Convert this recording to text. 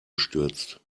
gestürzt